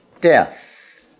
death